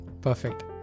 Perfect